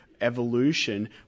evolution